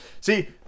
see